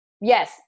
Yes